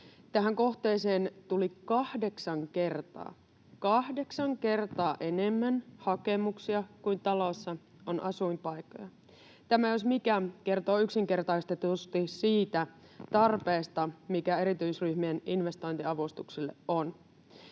tuli kahdeksan kertaa — kahdeksan kertaa — enemmän hakemuksia kuin talossa on asuinpaikkoja. Tämä, jos mikä, kertoo yksinkertaistetusti siitä tarpeesta, mikä erityisryhmien investointiavustuksille on.